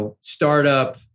startup